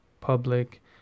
public